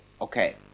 okay